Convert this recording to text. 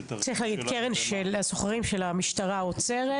--- צריך להגיד קרן של הסוחרים שהמשטרה עוצרת.